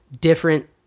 different